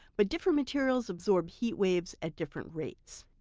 but different materials absorb heat waves at different rates.